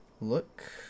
look